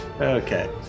okay